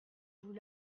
vous